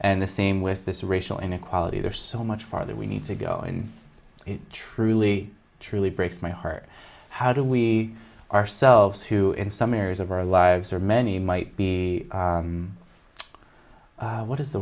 and the same with this racial inequality there are so much farther we need to go in truly truly breaks my heart how do we ourselves who in some areas of our lives are many might be what is the